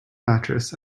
mattress